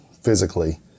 physically